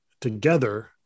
together